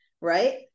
Right